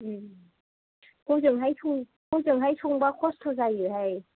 हजोंहाय संबा खस्थ' जायोहाय